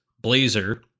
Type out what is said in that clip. Blazer